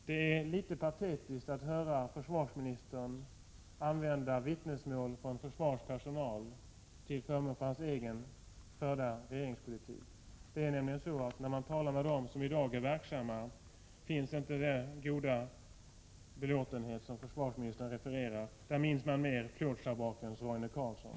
Det låter nästan patetiskt när försvarsministern åberopar vittnesbörd från försvarets personal till stöd för den av honom ledda regeringspolitiken på detta område. Då man talar med dem som i dag är verksamma inom försvaret möter man inte den stora belåtenhet som försvarsministern refererar till. De minns mera plåtschabrakens Roine Carlsson.